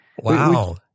Wow